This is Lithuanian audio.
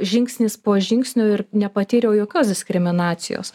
žingsnis po žingsnio ir nepatyriau jokios diskriminacijos